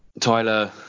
tyler